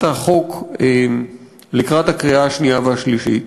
החוק לקראת הקריאה השנייה והשלישית,